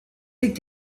liegt